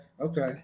okay